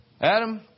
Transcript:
Adam